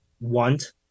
want